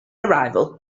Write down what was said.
arrival